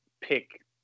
pick